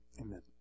Amen